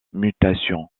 mutation